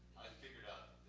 figured out